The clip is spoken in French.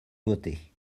voter